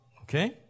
Okay